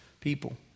people